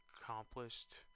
accomplished